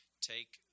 take